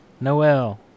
Noel